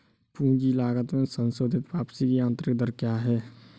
पूंजी लागत में संशोधित वापसी की आंतरिक दर क्या है?